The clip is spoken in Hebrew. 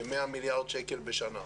כ-100 מיליארד שקלים בשנה.